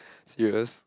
serious